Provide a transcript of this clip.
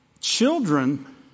children